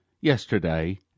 yesterday